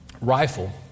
rifle